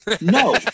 No